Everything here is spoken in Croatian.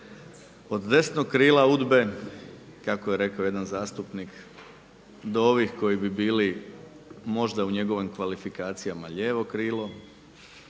od desnog krila UDBA-e kako je jedan zastupnik do ovih koji bi bili možda u njegovim kvalifikacijama lijevo krilo